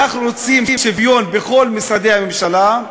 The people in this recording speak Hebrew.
אנחנו רוצים שוויון בכל משרדי הממשלה,